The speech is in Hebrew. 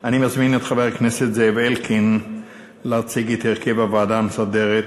אני מזמין את חבר הכנסת זאב אלקין להציג את הרכב הוועדה המסדרת,